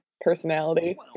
personality